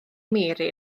mary